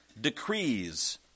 decrees